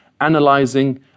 analyzing